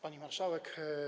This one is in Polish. Pani Marszałek!